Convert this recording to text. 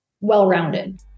well-rounded